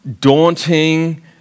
daunting